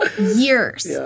years